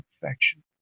perfection